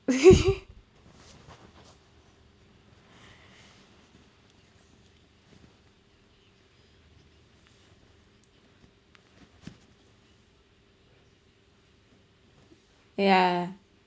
yeah